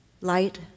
light